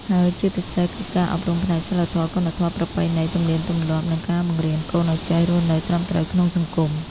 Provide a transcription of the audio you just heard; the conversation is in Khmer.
ហើយជាពិសេសគឺការអប់រំផ្នែកសីលធម៌ គុណធម៌ ប្រពៃណី ទំនៀមទម្លាប់ និងការបង្រៀនកូនឲ្យចេះរស់នៅត្រឹមត្រូវក្នុងសង្គម។